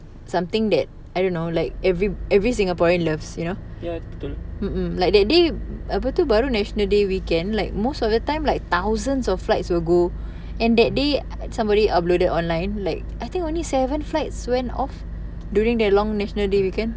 ya betul